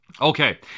Okay